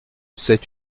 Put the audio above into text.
c’est